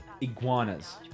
Iguanas